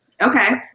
okay